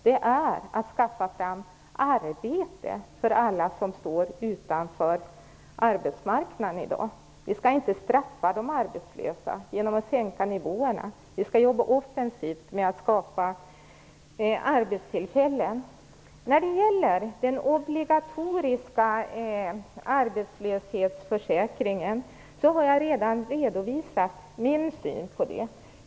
Det är att skaffa fram arbete för alla som i dag står utanför arbetsmarknaden. Vi skall inte straffa de arbetslösa genom att sänka nivåerna. Vi skall jobba offensivt för att skapa arbetstillfällen. Jag har redan redovisat min syn på den obligatoriska arbetslöshetsförsäkringen.